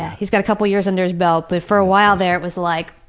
he's got a couple of years under his belt, but for a while there it was like,